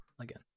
again